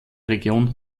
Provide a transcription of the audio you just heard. region